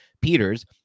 Peters